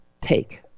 take